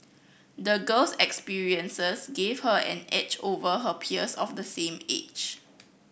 the girl's experiences gave her an edge over her peers of the same age